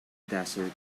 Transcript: desert